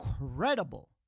incredible